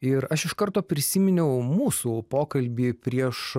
ir aš iš karto prisiminiau mūsų pokalbį prieš